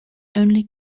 only